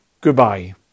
Goodbye